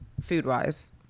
food-wise